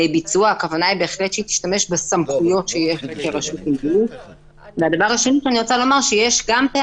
הכוונה היא בהחלט שהיא תשתמש בכוח האדם שיש לה כרשות מקומית.